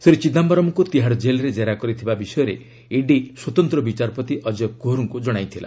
ଶ୍ରୀ ଚିଦାୟରମ୍ଙ୍କୁ ତିହାଡ଼ କେଲ୍ରେ ଜେରା କରିଥିବା ବିଷୟରେ ଇଡି ସ୍ୱତନ୍ତ୍ର ବିଚାରପତି ଅଜୟ କୁହରଙ୍କୁ ଜଣାଇଥିଲା